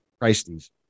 Christies